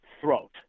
throat